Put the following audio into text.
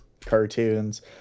cartoons